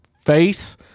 face